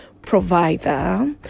provider